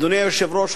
אדוני היושב-ראש,